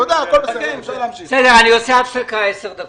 בסדר, אני עושה הפסקה עשר דקות.